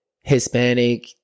Hispanic